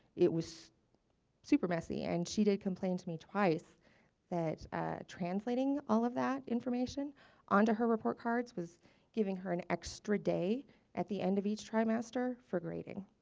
it was super messy and she did complain to me twice that translating all of that information on to her report cards was giving her an extra day at the end of each trimester for grading.